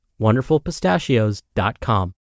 wonderfulpistachios.com